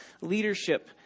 leadership